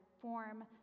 form